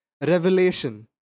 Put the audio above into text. revelation